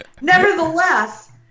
nevertheless